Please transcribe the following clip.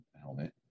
helmet